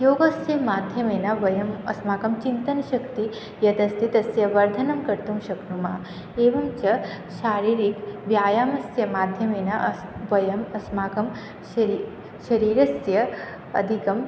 योगस्य माध्यमेन वयम् अस्माकं चिन्तनशक्तिः यदस्ति तस्य वर्धनं कर्तुं शक्नुमः एवं च शारीरिकव्यायामस्य माध्यमेन अस् वयम् अस्माकं शरि शरीरस्य अधिकम्